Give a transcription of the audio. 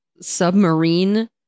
submarine